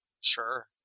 Sure